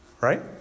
right